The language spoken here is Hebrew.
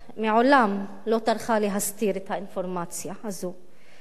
מעולם לא טרחה להסתיר את האינפורמציה הזאת,